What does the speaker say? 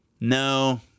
No